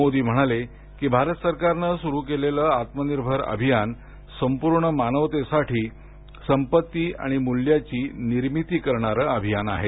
मोदी म्हणाले की भारत सरकारन सुरु केलेलं आत्मनिर्भर अभियान संपूर्ण मानवतेसाठी संपत्ती आणि मूल्यांची निर्मिती करणार अभियान आहे